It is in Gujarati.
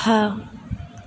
હા